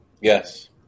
Yes